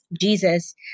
Jesus